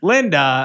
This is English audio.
Linda